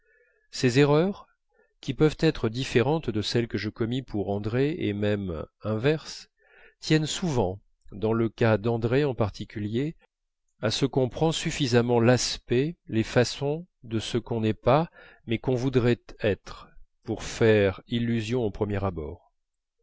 ces erreurs qui peuvent être différentes de celle que je commis pour andrée et même inverses tiennent souvent dans le cas d'andrée en particulier à ce qu'on prend suffisamment l'aspect les façons de ce qu'on n'est pas mais qu'on voudrait être pour faire illusion au premier abord